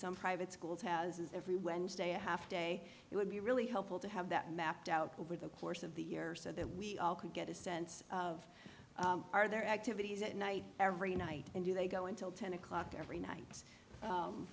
some private schools has is every wednesday a half day it would be really helpful to have that mapped out over the course of the year so that we all can get a sense of are there activities at night every night and do they go until ten o'clock every night